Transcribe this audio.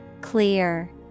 Clear